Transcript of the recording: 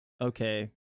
okay